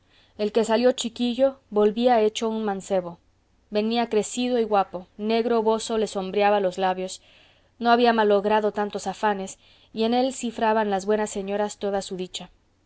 el que salió chiquillo volvía hecho un mancebo venía crecido y guapo negro bozo le sombreaba los labios no había malogrado tantos afanes y en él cifraban las buenas señoras toda su dicha